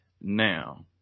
now